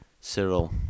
Cyril